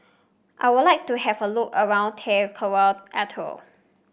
I would like to have a look around Tarawa Atoll